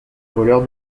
voleurs